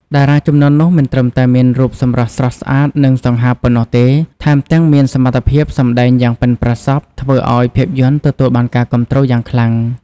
តារាជំនាន់នោះមិនត្រឹមតែមានរូបសម្រស់ស្រស់ស្អាត និងសង្ហាប៉ុណ្ណោះទេ ថែមទាំងមានសមត្ថភាពសម្ដែងយ៉ាងប៉ិនប្រសប់ធ្វើឱ្យភាពយន្តទទួលបានការគាំទ្រយ៉ាងខ្លាំង។